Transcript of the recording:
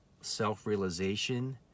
self-realization